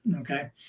okay